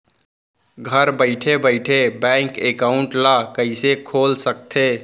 घर बइठे बइठे बैंक एकाउंट ल कइसे खोल सकथे?